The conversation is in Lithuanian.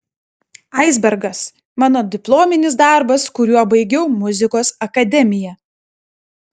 aisbergas mano diplominis darbas kuriuo baigiau muzikos akademiją